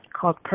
called